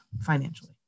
financially